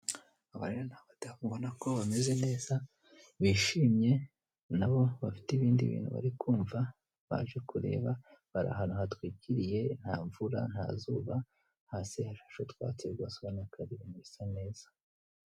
Aba rero ni abadamu ubona ko bameze neza, bishimye nabo bafite ibindi bintu bari kumva baje kureba bari ahantu hatwigiriye, nta mvura nta zuba, hasi hashashe utwatsi rwose ubona ko ari ibintu bisa neza.